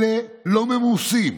אלה לא ממוסים,